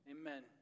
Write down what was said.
Amen